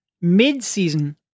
mid-season